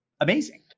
amazing